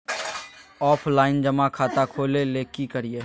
Offline जमा खाता खोले ले की करिए?